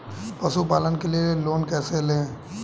पशुपालन के लिए लोन कैसे लें?